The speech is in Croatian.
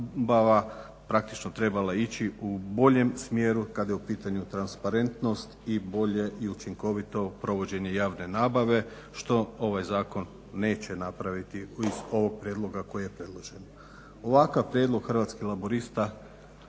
praktično trebala ići u boljem smjeru kad je u pitanju transparentnost i bolje i učinkovito provođenje javne nabave što ovaj zakon neće napraviti iz ovog prijedloga koji je predložen. Ovakav prijedlog Hrvatskih laburista